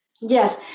Yes